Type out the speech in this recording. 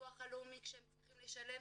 בביטוח הלאומי כשהם צריכים לשלם,